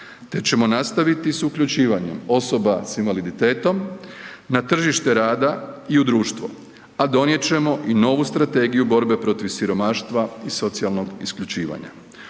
te ćemo nastaviti s uključivanjem osoba s invaliditetom na tržište rada i u društvo, a donijet ćemo i novu strategiju borbe protiv siromaštva i socijalnog isključivanja.